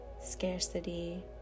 scarcity